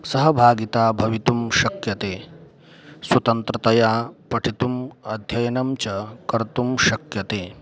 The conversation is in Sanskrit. सहभागिता भवितुं शक्यते स्वतन्त्रतया पठितुम् अध्ययनं च कर्तुं शक्यते